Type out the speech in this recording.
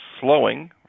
slowing